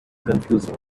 confusing